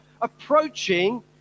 approaching